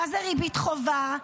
מה זה ריבית חובה,